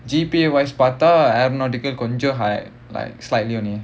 G_P_A wise பாத்தா:paathaa aeronautical கொஞ்சம்:konjam high like slightly only